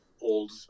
old